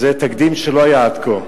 שזה תקדים, זה לא היה עד כה.